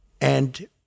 And-